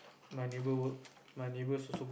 my neighbours my neighbour also go